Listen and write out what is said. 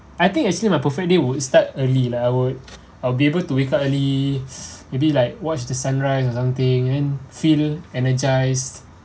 I think actually my perfect day would start early lah I would I'll be able to wake up early maybe like watch the sunrise or something and feel energised